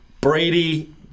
Brady